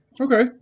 okay